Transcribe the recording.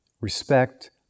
respect